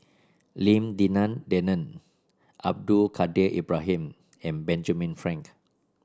Lim Denan Denon Abdul Kadir Ibrahim and Benjamin Frank